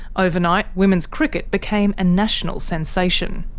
overnight, women's cricket became a national sensation.